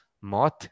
moth